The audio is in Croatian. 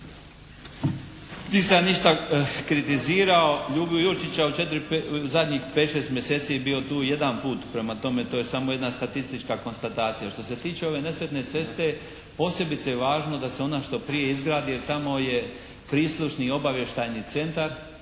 Nisam ništa kritizirao Ljubu Jurčića, u zadnjih pet, šest mjeseci je bio tu jedan put. Prema tome, to je samo jedna statistička konstatacija. A što se tiče ove nesretne ceste posebice je važno da se ona što prije izgradi jer tamo je prislušni i obavještajni centar.